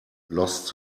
lost